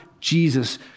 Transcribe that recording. Jesus